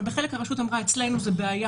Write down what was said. אבל בחלק אחר הרשות אמרה: אצלנו זאת בעיה,